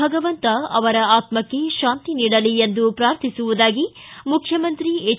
ಭಗವಂತ ಅವರ ಆತ್ಮಕ್ಷೆ ತಾಂತಿ ನೀಡಲಿ ಎಂದು ಪ್ರಾರ್ಥಿಸುವುದಾಗಿ ಮುಖ್ಯಮಂತ್ರಿ ಎಚ್